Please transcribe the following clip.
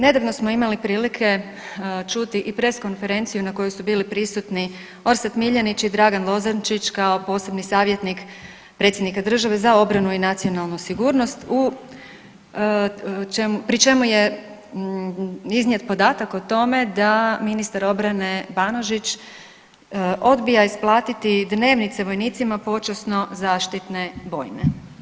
Nedavno smo imali prilike čuti i press konferenciju na kojoj su bili prisutni Orsat Miljenić i Dragan Lozančić kao posebni savjetnik predsjednika države za obranu i nacionalnu sigurnost pri čemu je iznijet podatak o tome da ministar obrane Banožić odbija isplatiti dnevnice vojnicima počasno zaštitne bojne.